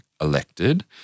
elected